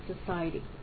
society